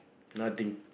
nothing